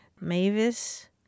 Mavis